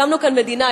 הקמנו כאן מדינה,